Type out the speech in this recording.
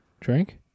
Drink